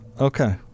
Okay